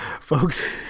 Folks